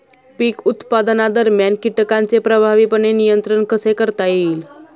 पीक उत्पादनादरम्यान कीटकांचे प्रभावीपणे नियंत्रण कसे करता येईल?